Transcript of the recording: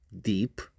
deep